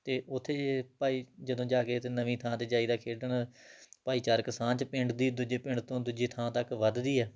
ਅਤੇ ਉੱਥੇ ਜੇ ਭਾਈ ਜਦੋਂ ਜਾ ਕੇ ਅਤੇ ਨਵੀਂ ਥਾਂ 'ਤੇ ਜਾਈ ਦਾ ਖੇਡਣ ਭਾਈਚਾਰਕ ਸਾਂਝ ਪਿੰਡ ਦੀ ਦੂਜੇ ਪਿੰਡ ਤੋਂ ਦੂਜੀ ਥਾਂ ਤੱਕ ਵੱਧਦੀ ਆ